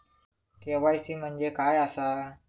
KYC म्हणजे काय आसा?